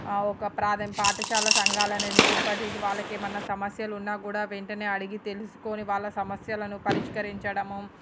ఒక పాఠశాల సంఘాలన్నీ ఏర్పాటు చేసి వాళ్ళకు ఏమైనా సమస్యలు ఉన్నాకూడా వెంటనే అడిగి తెలుసుకుని వాళ్ళ సమస్యలను పరిష్కరించడం